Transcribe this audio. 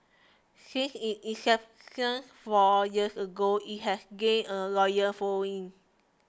since inception four years ago it has gained a loyal following